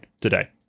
today